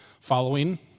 following